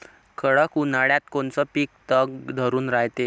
कडक उन्हाळ्यात कोनचं पिकं तग धरून रायते?